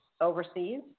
overseas